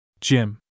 Jim